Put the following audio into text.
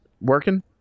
working